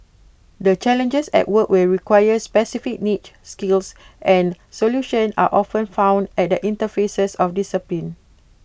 the challenges at work will require specific niche skills and solutions are often found at the interfaces of disciplines